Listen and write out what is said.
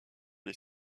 les